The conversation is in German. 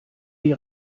die